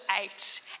eight